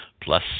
plus